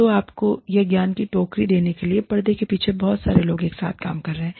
तो आपको यह ज्ञान की टोकरी देने के लिए पर्दे के पीछे बहुत सारे लोग एक साथ काम कर रहे हैं